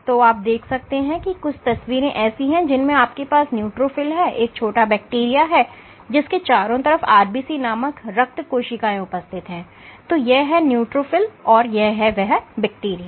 तो अब आप क्या देखते हैं की कुछ तस्वीरें ऐसी है जिनमें आपके पास न्यूट्रोफिल है एक छोटा बैक्टीरिया है जिसके चारों तरफ आरबीसी नामक रक्त कोशिकाएं उपस्थित है तो यह है वह न्यूट्रोफिल और यह है वह बैक्टीरिया